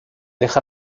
deja